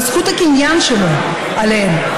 וזכות הקניין שלו עליהם,